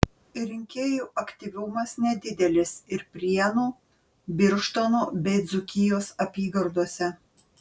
rinkėjų aktyvumas nedidelis ir prienų birštono bei dzūkijos apygardose